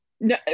No